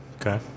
Okay